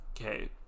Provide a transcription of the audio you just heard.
Okay